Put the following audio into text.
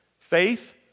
faith